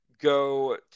go